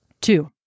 Two